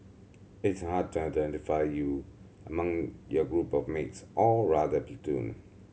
it's hard to identify you among your group of mates or rather